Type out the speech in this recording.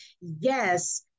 yes